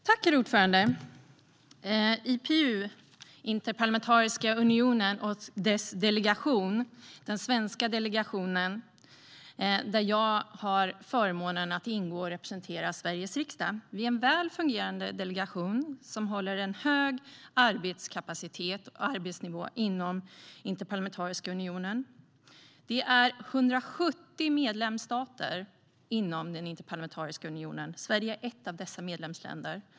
Herr talman! Jag har förmånen att ingå som representant för Sveriges riksdag i IPU:s, Interparlamentariska unionens, svenska delegation. Vi är en väl fungerande delegation med hög arbetskapacitet och arbetsnivå. Det finns 170 medlemsstater inom Interparlamentariska unionen. Sverige är ett av dessa medlemsländer.